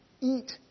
eat